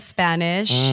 Spanish